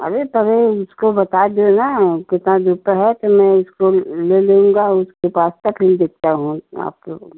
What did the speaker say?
अरे तबे इसको बता दो न कितना दूर पर है चलो इसको ले लूँगा उसके पास तक नहीं बेचता हूँ आपके